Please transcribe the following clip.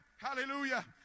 hallelujah